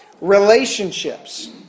relationships